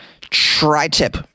Tri-tip